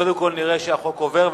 קודם כול נראה שהחוק עובר,